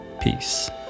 Peace